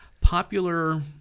popular